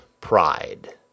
pride